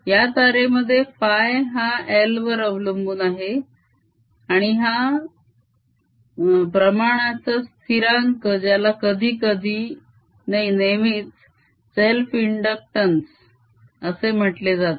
या तारेमध्ये φ हा I वर अवलंबून आहे आणि हा प्रमाणाचा स्थिरांक ज्याला कधीकधी नाही नेहमीच सेल्फ इंदुक्टंस असे म्हटले जाते